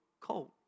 cold